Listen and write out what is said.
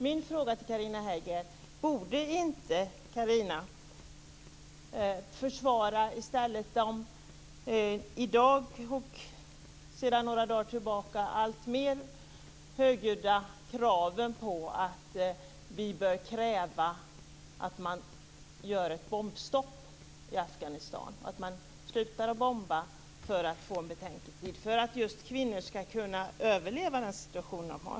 Min fråga till Carina Hägg är: Borde inte Carina i stället försvara de sedan några dagar tillbaka alltmer högljudda kraven på att man gör ett bombstopp i Afghanistan - på att man slutar att bomba för att få en betänketid, så att just kvinnor ska kunna överleva den situation de har?